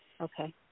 Okay